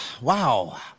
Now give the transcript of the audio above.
wow